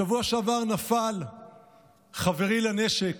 בשבוע שעבר נפל חברי לנשק,